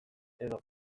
edo